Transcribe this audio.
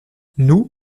nous